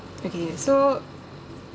okay so